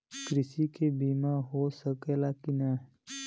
कृषि के बिमा हो सकला की ना?